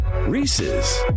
Reese's